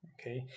okay